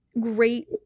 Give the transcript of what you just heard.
great